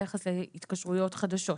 ביחס להתקשרויות חדשות.